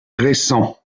récent